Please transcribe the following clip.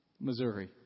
Missouri